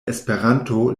esperanto